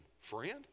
Friend